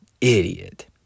Idiot